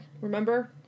Remember